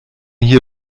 hier